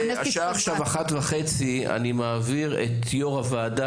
השעה עכשיו 13:30. אני מעביר את יו"ר הוועדה